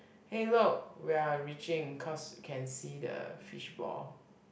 hey look we are reaching cause can see the fish ball